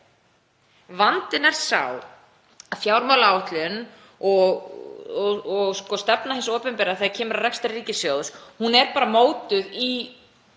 Vandinn er sá að fjármálaáætlun og stefna hins opinbera, þegar kemur að rekstri ríkissjóðs, er mótuð í